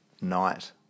night